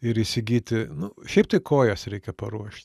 ir įsigyti nu šiaip tai kojas reikia paruošt